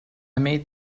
made